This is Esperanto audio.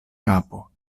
kapo